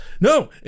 No